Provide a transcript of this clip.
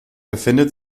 befindet